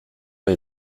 pas